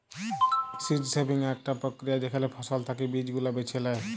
seed saving আকটা প্রক্রিয়া যেখালে ফসল থাকি বীজ গুলা বেছে লেয়